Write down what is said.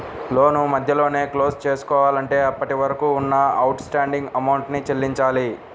లోను మధ్యలోనే క్లోజ్ చేసుకోవాలంటే అప్పటివరకు ఉన్న అవుట్ స్టాండింగ్ అమౌంట్ ని చెల్లించాలి